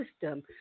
system